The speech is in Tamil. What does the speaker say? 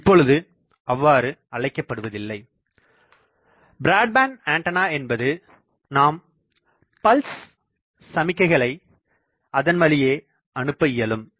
இப்பொழுது அவ்வாறு அழைக்கப்படுவதில்லை பிராட்பேண்ட் ஆண்டனா என்பது நாம் பல்ஸ் சமிக்கைகளை அதன் வழியே அனுப்ப இயலும்